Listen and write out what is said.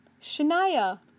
Shania